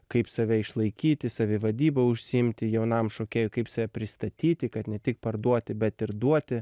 kaip save išlaikyti savivadyba užsiimti jaunam šokėjui kaip save pristatyti kad ne tik parduoti bet ir duoti